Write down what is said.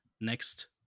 next